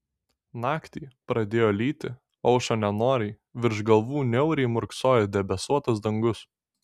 naktį pradėjo lyti aušo nenoriai virš galvų niauriai murksojo debesuotas dangus